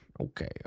Okay